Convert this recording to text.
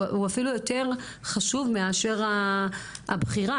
הוא אפילו יותר חשוב מאשר הבחירה,